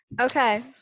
Okay